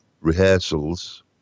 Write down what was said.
rehearsals